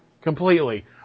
completely